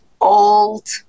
old